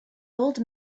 old